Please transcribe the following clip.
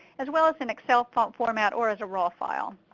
as well as in excel file format or as a raw file.